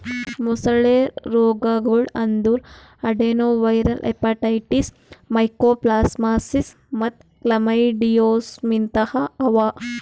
ಮೊಸಳೆ ರೋಗಗೊಳ್ ಅಂದುರ್ ಅಡೆನೊವೈರಲ್ ಹೆಪಟೈಟಿಸ್, ಮೈಕೋಪ್ಲಾಸ್ಮಾಸಿಸ್ ಮತ್ತ್ ಕ್ಲಮೈಡಿಯೋಸಿಸ್ನಂತಹ ಅವಾ